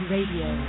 Radio